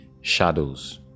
shadows